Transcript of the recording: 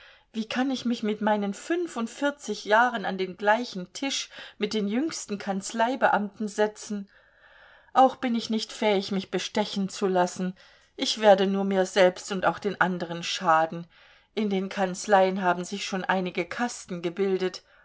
wie kann ich mich mit meinen fünfundvierzig jahren an den gleichen tisch mit den jüngsten kanzleibeamten setzen auch bin ich nicht fähig mich bestechen zu lassen ich werde nur mir selbst und auch den anderen schaden in den kanzleien haben sich schon eigene kasten gebildet